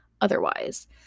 otherwise